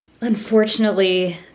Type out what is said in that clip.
Unfortunately